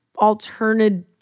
alternative